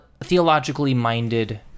theologically-minded